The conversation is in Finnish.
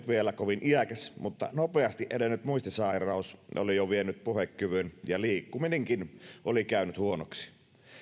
vielä kovin iäkäs mutta nopeasti edennyt muistisairaus oli jo vienyt puhekyvyn ja liikkuminenkin oli käynyt huonoksi